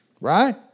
Right